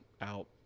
out